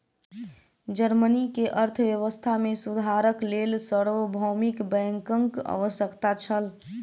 Germany के अर्थव्यवस्था मे सुधारक लेल सार्वभौमिक बैंकक आवश्यकता छल